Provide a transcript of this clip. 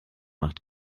macht